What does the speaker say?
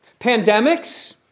Pandemics